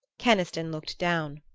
keniston looked down.